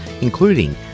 including